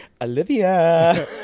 olivia